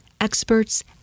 Experts